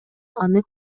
аны